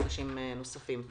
חזותית בענייני תכנון ובנייה (נגיף הקורונה החדש הוראת שעה)